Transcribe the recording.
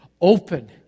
open